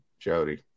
Jody